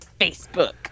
Facebook